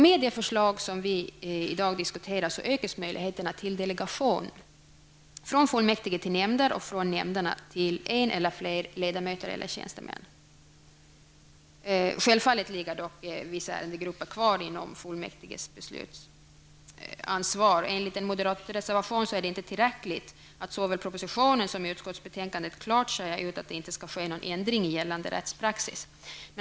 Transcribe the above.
Med det förslag vi i dag diskuterar ökas möjligheterna till delegation från fullmäktige till nämnder och från nämnder till en eller flera ledamöter eller tjänstemän. Självfallet ligger dock vissa ärendegrupper kvar inom fullmäktiges beslutsansvar. Enligt en moderatreservation är det inte tillräckligt att det såväl i propositionen som i utskottsbetänkandet klart sägs att det inte skall ske någon ändring av gällande rättspraxis.